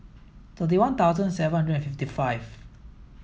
thirty one thousand seven hundred and fifty five